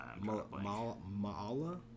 Maala